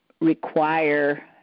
require